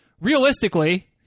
realistically